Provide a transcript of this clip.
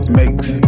makes